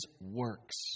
works